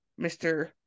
mr